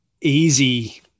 easy